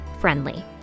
friendly